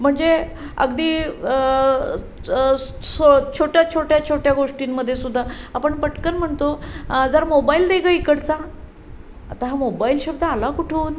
म्हणजे अगदी सो छोट्या छोट्या छोट्या गोष्टींमध्येसुद्धा आपण पटकन म्हणतो जरा मोबाईल दे गं इकडचा आता हा मोबाईल शब्द आला कुठून